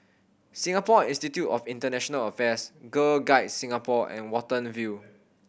Singapore Institute of International Affairs Girl Guides Singapore and Watten View